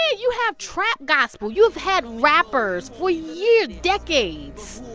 you have trap gospel. you have had rappers, for years, decades,